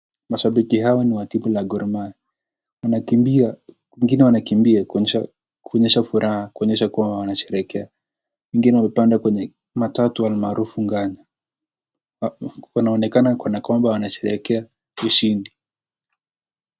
Mashabiki hao ni wa timu la gormahia. Wanakimbia, wengine wanakimbia kuonyesha furaha. Kuonyesha kuwa wanasherekea. Wengine wamepanda kwenye matatu maarufu nganya wanaonekana kwamba wanasherekea ushindi.